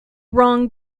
wrong